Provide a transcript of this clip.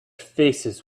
faces